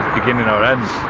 beginning or end?